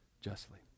justly